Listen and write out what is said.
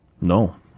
No